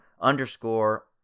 underscore